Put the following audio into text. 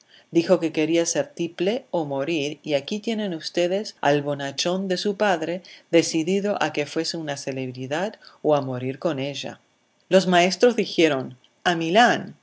dijo que quería ser tiple o morir y aquí tienen ustedes al bonachón de su padre decidido a que fuese una celebridad o a morir con ella los maestros dijeron a milán